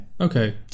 Okay